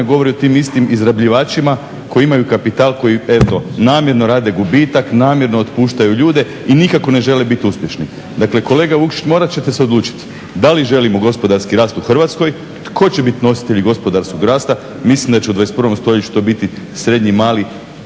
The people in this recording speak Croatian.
govori o tim istim izrabljivačima koji imaju kapital koji eto namjerno rade gubitak, namjerno otpuštaju ljude i nikako ne žele biti uspješni. Dakle, kolega Vukšić morat ćete se odlučiti da li želimo gospodarski rast u Hrvatskoj, tko će biti nositelj gospodarskog rasta. Mislim da će u 21. stoljeću to biti srednji, mali